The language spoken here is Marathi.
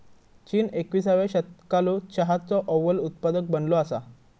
चीन एकविसाव्या शतकालो चहाचो अव्वल उत्पादक बनलो असा